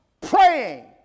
praying